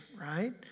right